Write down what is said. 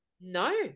no